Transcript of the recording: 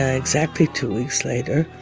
ah exactly two weeks later,